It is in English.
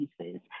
pieces